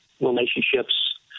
relationships